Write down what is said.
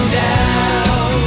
down